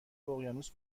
اقیانوس